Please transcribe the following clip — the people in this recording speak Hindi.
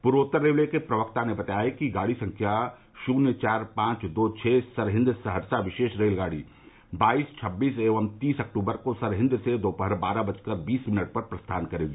पूर्वोत्तर रेलवे के प्रवक्ता ने बताया कि गाड़ी संख्या शून्य चार पांच दो छ सरहिन्द सहरसा विशेष गाड़ी बाईस छब्बीस एवं तीस अक्टूबर को सरहिन्द से दोपहर बारह बजकर बीस मिनट पर प्रस्थान करेगी